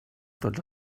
tots